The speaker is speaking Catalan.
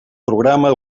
programa